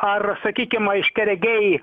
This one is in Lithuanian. ar sakykim aiškiaregiai